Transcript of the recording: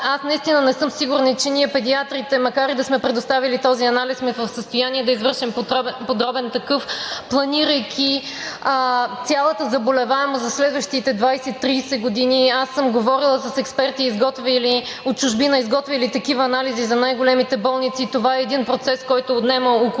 аз наистина не съм сигурна, че ние, педиатрите, макар и да сме предоставили този анализ, сме в състояние да извършим подробен такъв, планирайки цялата заболеваемост за следващите 20 – 30 години. Аз съм говорила с експерти от чужбина, изготвили такива анализи за най-големите болници. Това е един процес, който отнема около